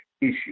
issue